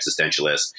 existentialist